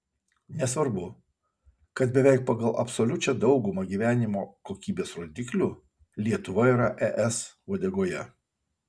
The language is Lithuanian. nesvarbu kad beveik pagal absoliučią daugumą gyvenimo kokybės rodiklių lietuva yra es uodegoje